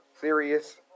serious